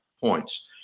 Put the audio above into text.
points